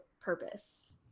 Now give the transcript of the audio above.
purpose